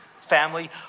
family